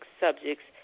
subjects